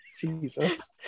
Jesus